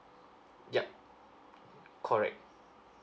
yup correct